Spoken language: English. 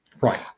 right